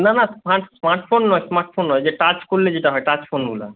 না না smart smart phone নয় স্মার্ট ফোন নয় ওই যে টাচ করলে যেটা হয় টাচ ফোনগুলো